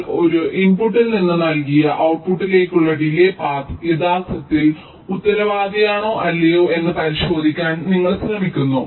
അതിനാൽ ഒരു ഇൻപുട്ടിൽ നിന്ന് നൽകിയ ഔട്ട്പുട്ട്ടിലേക്കുള്ള ഡിലേയ് പാത്ത് യഥാർത്ഥത്തിൽ ഉത്തരവാദിയാണോ അല്ലയോ എന്ന് പരിശോധിക്കാൻ നിങ്ങൾ ശ്രമിക്കുന്നു